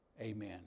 Amen